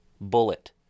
bullet